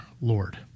Lord